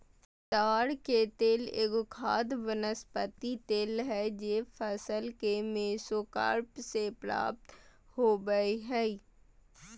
ताड़ के तेल एगो खाद्य वनस्पति तेल हइ जे फल के मेसोकार्प से प्राप्त हो बैय हइ